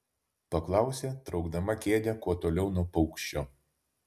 paklausė traukdama kėdę kuo toliau nuo paukščio